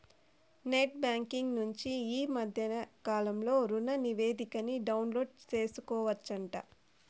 net banking నుంచి ఈ మద్దె కాలంలో రుణనివేదికని డౌన్లోడు సేసుకోవచ్చంట